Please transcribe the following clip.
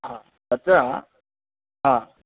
हा तत्र हा